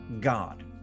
god